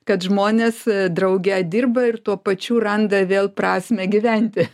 kad žmonės drauge dirba ir tuo pačių randa vėl prasmę gyventi